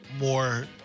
more